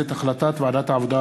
החלטת ועדת העבודה,